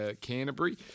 Canterbury